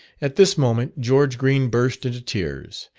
at this moment george green burst into tears,